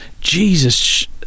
jesus